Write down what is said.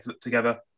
together